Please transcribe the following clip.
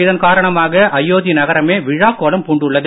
இதன் காரணமாக அயோத்தி நகரமே விழாக் கோலம் பூண்டுள்ளது